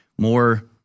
More